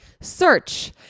search